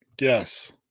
Yes